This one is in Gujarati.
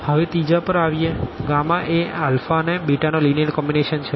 હવે ત્રીજા પર આવીએ એ અને નો લીનીઅર કોમ્બીનેશન છે